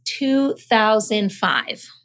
2005